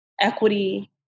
equity